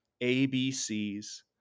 ABCs